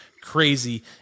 crazy